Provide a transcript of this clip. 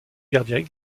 gardien